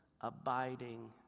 abiding